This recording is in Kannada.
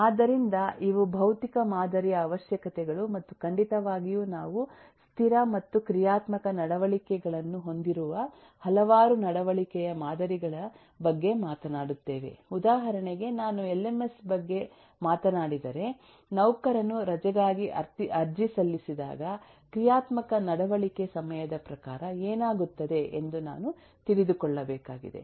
ಆದ್ದರಿಂದ ಇವು ಭೌತಿಕ ಮಾದರಿಯ ಅವಶ್ಯಕತೆಗಳು ಮತ್ತು ಖಂಡಿತವಾಗಿಯೂ ನಾವು ಸ್ಥಿರ ಮತ್ತು ಕ್ರಿಯಾತ್ಮಕ ನಡವಳಿಕೆಗಳನ್ನು ಹೊಂದಿರುವ ಹಲವಾರು ನಡವಳಿಕೆಯ ಮಾದರಿಗಳ ಬಗ್ಗೆ ಮಾತನಾಡುತ್ತೇವೆ ಉದಾಹರಣೆಗೆ ನಾನು ಎಲ್ಎಂಎಸ್ ಬಗ್ಗೆ ಮಾತನಾಡಿದರೆ ನೌಕರನು ರಜೆಗಾಗಿ ಅರ್ಜಿ ಸಲ್ಲಿಸಿದಾಗ ಕ್ರಿಯಾತ್ಮಕ ನಡವಳಿಕೆ ಸಮಯದ ಪ್ರಕಾರ ಏನಾಗುತ್ತದೆ ಎಂದು ನಾನು ತಿಳಿದುಕೊಳ್ಳಬೇಕಾಗಿದೆ